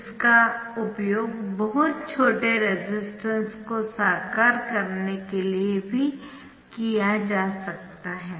इसका उपयोग बहुत छोटे रेसिस्टेंस को साकार करने के लिए भी किया जा सकता है